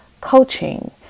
coaching